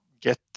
get